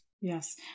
Yes